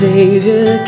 Savior